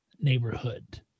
neighborhood